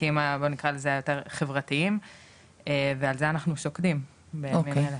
למשחקים הבוא נקרא לזה היותר חברתיים ועל זה אנחנו שוקדים בימים אלה.